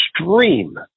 extreme